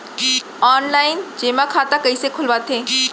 Online जेमा खाता कइसे खोलवाथे?